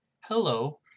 Hello